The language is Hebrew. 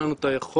אין לנו את היכולת,